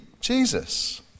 Jesus